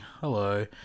hello